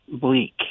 bleak